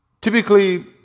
typically